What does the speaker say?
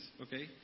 okay